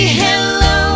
hello